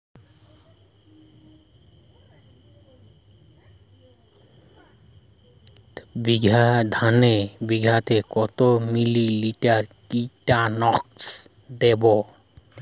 ধানে বিঘাতে কত মিলি লিটার কীটনাশক দেবো?